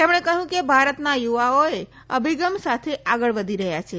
તેમણે કહ્યું કે ભારતના યુવાઓ એ અભિગમ સાથે આગળ વધી રહ્યા છે